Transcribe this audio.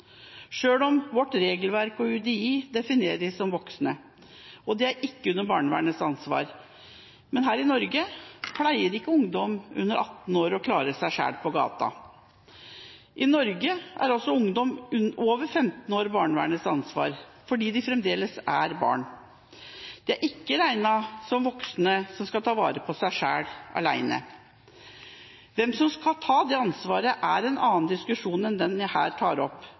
om vårt regelverk og UDI definerer dem som voksne og ikke under barnevernets ansvar. I Norge pleier ikke ungdom under 18 år å klare seg selv på gata. I Norge er også ungdom over 15 år barnevernets ansvar fordi de fremdeles er barn. De er ikke regnet som voksne som skal ta vare på seg selv – alene. Hvem som skal ta det ansvaret, er en annen diskusjon enn den jeg tar opp